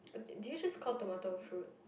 did you just call tomato fruit